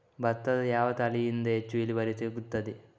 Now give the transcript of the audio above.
ಭತ್ತದ ಯಾವ ತಳಿಯಿಂದ ಹೆಚ್ಚು ಇಳುವರಿ ಸಿಗುತ್ತದೆ?